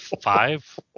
Five